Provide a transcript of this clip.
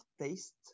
taste